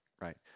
right